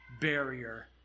barrier